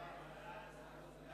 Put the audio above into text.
שם החוק